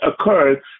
occurred